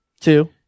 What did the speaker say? two